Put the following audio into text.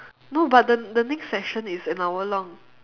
no but the the next session is an hour long